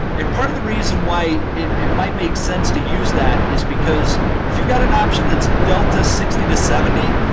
and part of the reason why it it might make sense to use that is because if you've got an option that's delta sixty to seventy,